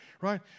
right